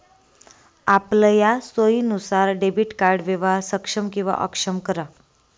आपलया सोयीनुसार debit card व्यवहार सक्षम किंवा अक्षम करा